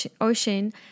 ocean